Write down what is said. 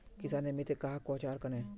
किसानेर मित्र कहाक कोहचे आर कन्हे?